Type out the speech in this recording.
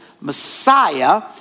Messiah